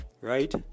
right